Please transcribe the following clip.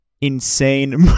insane